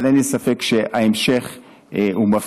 אבל אין לי ספק שההמשך מבטיח.